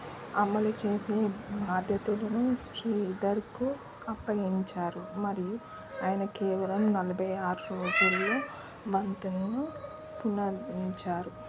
అమలు చేసే బాధ్యతలను శ్రీధర్కు అప్పగించారు మరియు ఆయన కేవలం నలభై ఆరు రోజుల్లో వంతెనను పునరుద్ధరించారు